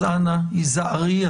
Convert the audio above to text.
אז אנא, היזהרי.